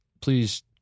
please